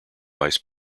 vice